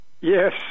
Yes